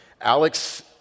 Alex